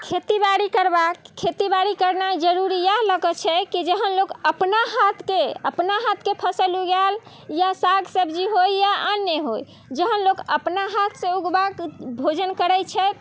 खेती बाड़ी करबाक खेती बाड़ी करनाइ जरूरी इएह लऽ के छै कि जहन लोक अपना हाथके अपना हाथके फसल उगाओल या साग सब्जी होय या अन्न होय जहन लोक अपना हाथसँ उगबाके भोजन करैत छथि